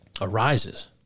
arises